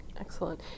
Excellent